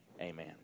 Amen